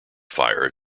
fire